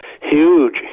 huge